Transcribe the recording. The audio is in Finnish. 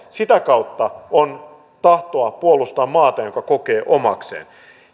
sitä kautta on tahtoa puolustaa maata jonka kokee omakseen